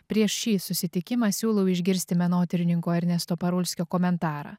prieš šį susitikimą siūlau išgirsti menotyrininko ernesto parulskio komentarą